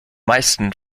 meisten